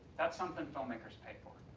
that's something filmmakers pay for.